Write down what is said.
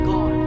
God